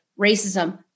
racism